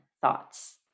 thoughts